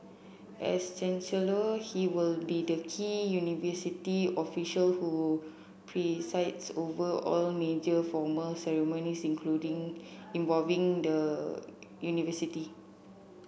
as chancellor he will be the key university official who presides over all major formal ceremonies including involving the university